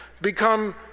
become